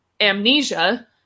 amnesia